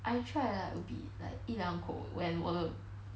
I tried like a bit like 一两口 when 我的